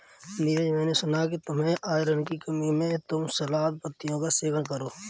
नीरज मैंने सुना कि तुम्हें आयरन की कमी है तुम सलाद पत्तियों का सेवन करो